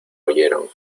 oyeron